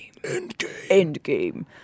Endgame